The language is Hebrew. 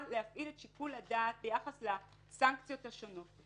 להפעיל את שיקול הדעת ביחס לסנקציות השונות,